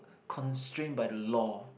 constrain by the law